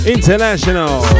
International